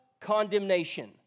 condemnation